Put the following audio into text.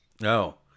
No